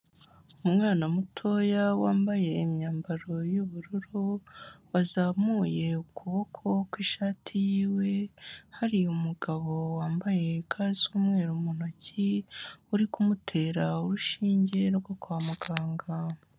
Umwana mutoya wambaye imyambaro y'ubururu, wazamuye ukuboko kw'ishati yiwe, hari umugabo wambaye ga z'umweru mu ntoki, uri kumutera urushinge rwo kwa muganga.